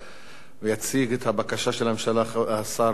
יציג את הבקשה של הממשלה השר משולם נהרי.